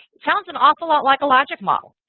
it sounds an awful lot like a logic model.